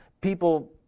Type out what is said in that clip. people